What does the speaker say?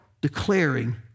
declaring